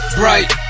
bright